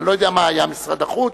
אני לא יודע מה היה משרד החוץ.